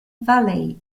valley